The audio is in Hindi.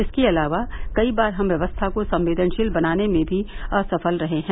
इसके अलावा कई बार हम व्यवस्था को संवेदनशील बनाने में भी असफल रहे हैं